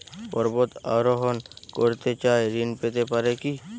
পর্বত আরোহণ করতে চাই ঋণ পেতে পারে কি?